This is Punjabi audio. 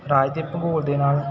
ਰਾਜ ਦੇ ਭੂਗੋਲ ਦੇ ਨਾਲ